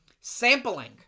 Sampling